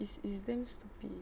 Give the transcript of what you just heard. it's it's damn stupid